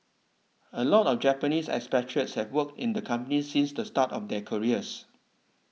a lot of Japanese expatriates have worked in the company since the start of their careers